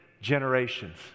generations